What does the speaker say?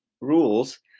rules